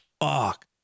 fuck